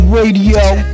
Radio